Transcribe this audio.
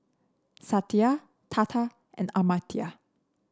Satya Tata and Amartya